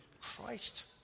Christ